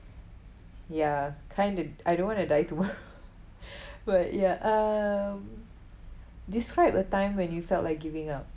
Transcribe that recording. ya kinda I don't want to die too but ya um describe a time when you felt like giving up